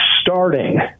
starting